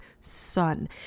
son